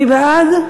מי בעד?